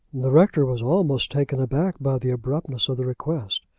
the rector was almost taken aback by the abruptness of the request.